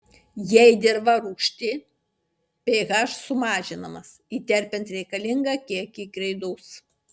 jei dirva rūgšti ph sumažinamas įterpiant reikalingą kiekį kreidos